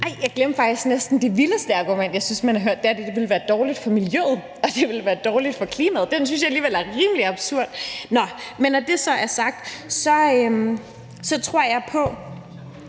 og jeg glemte faktisk næsten det vildeste argument, jeg synes man har hørt, og det er, at det ville være dårligt for miljøet, og at det ville være dårligt for klimaet; det synes jeg alligevel er rimelig absurd. Nå, men når det så er sagt, tror jeg på